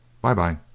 bye-bye